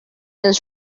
for